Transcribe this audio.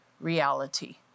reality